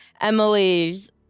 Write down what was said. Emily's